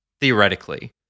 theoretically